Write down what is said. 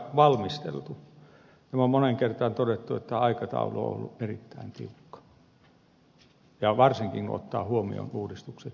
täällä on moneen kertaan todettu että aikataulu on ollut erittäin tiukka varsinkin kun ottaa huomioon uudistuksen mittasuhteet